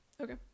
okay